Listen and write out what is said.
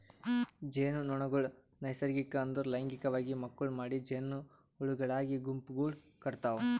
ಜೇನುನೊಣಗೊಳ್ ನೈಸರ್ಗಿಕ ಅಂದುರ್ ಲೈಂಗಿಕವಾಗಿ ಮಕ್ಕುಳ್ ಮಾಡಿ ಜೇನುಹುಳಗೊಳಾಗಿ ಗುಂಪುಗೂಡ್ ಕಟತಾವ್